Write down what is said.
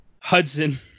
Hudson